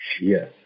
Yes